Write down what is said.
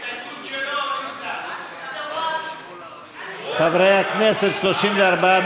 של חבר הכנסת יהודה גליק,